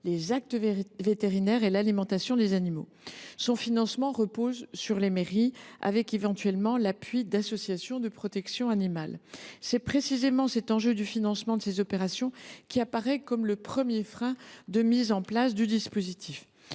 les actes vétérinaires et l’alimentation des animaux. Son financement repose sur les mairies, avec l’appui éventuel d’associations de protection animale. C’est précisément le financement de ces opérations qui apparaît comme le premier frein à la mise en place du dispositif.